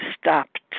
stopped